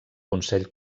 consell